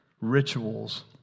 rituals